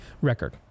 record